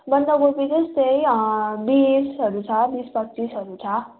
बन्दकोपी त्यस्तै बिसहरू छ बिस पच्चिसहरू छ